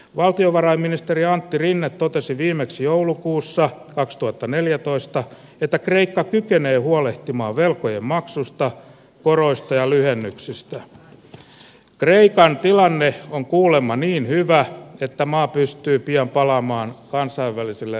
valtiovarainministeri antti rinne totesi viimeksi joulukuussa kaksituhattaneljätoista että kreikka kykenee huolehtimaan velkojen maksusta koroista ja lyhennyksistä ex kreikan tilanne on kuulemma niin hyvää että maa pystyy pian palaamaan kansainvälisille